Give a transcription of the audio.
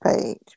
page